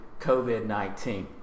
COVID-19